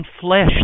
flesh